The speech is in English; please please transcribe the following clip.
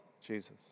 Jesus